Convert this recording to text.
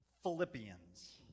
Philippians